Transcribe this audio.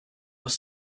was